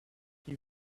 you